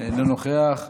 אינו נוכח.